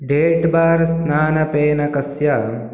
date bar स्नानफेनकस्य